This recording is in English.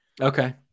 Okay